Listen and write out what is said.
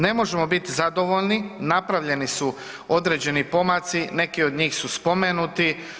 Ne možemo biti zadovoljni, napravljeni su određeni pomaci, neki od njih su spomenuti.